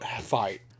fight